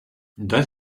that